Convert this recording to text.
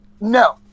No